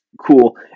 cool